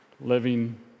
living